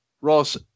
Ross